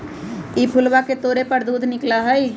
ई फूलवा के तोड़े पर दूध निकला हई